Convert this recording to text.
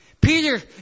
Peter